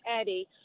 Eddie